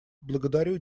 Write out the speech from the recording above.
благодарю